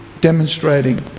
demonstrating